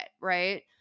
right